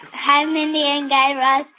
hi, mindy and guy raz.